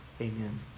Amen